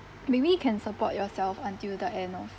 maybe you can support yourself until the end of